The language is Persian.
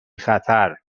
خطر